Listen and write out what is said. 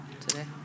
today